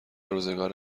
روزگار